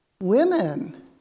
women